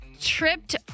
tripped